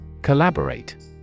Collaborate